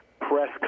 press